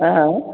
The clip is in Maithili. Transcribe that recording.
आयॅं